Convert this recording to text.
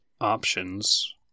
options